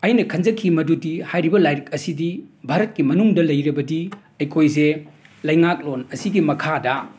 ꯑꯩꯅ ꯈꯟꯖꯈꯤ ꯃꯗꯨꯗꯤ ꯍꯥꯏꯔꯤꯕ ꯂꯥꯏꯔꯤꯛ ꯑꯁꯤꯗꯤ ꯚꯥꯔꯠꯀꯤ ꯃꯅꯨꯡꯗ ꯂꯩꯔꯕꯗꯤ ꯑꯩꯈꯣꯏꯁꯦ ꯂꯩꯉꯥꯛꯂꯣꯟ ꯑꯁꯤꯒꯤ ꯃꯈꯥꯗ